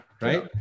right